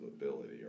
ability